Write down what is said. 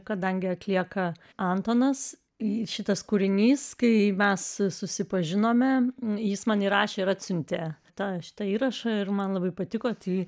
kadangi atlieka antanas jis šitas kūrinys kai mes susipažinome jis man įrašė ir atsiuntė tau šitą įrašą ir man labai patiko jį